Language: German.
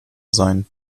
sein